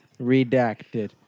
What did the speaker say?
Redacted